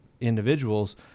individuals